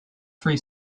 three